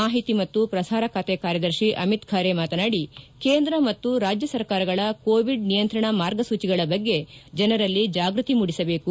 ಮಾಹಿತಿ ಮತ್ತು ಪ್ರಸಾರ ಖಾತೆ ಕಾರ್ಯದರ್ಶಿ ಅಮಿತ್ ಖಾರೆ ಮಾತನಾಡಿ ಕೇಂದ್ರ ಮತ್ತು ರಾಜ್ಯ ಸರ್ಕಾರಗಳ ಕೋವಿಡ್ ನಿಯಂತ್ರಣ ಮಾರ್ಗಸೂಚಿಗಳ ಬಗ್ಗೆ ಜನರಲ್ಲಿ ಜಾಗೃತಿ ಮೂಡಿಸಬೇಕು